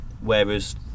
Whereas